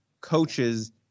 coaches